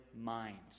minds